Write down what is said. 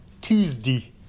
Tuesday